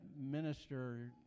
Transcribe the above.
minister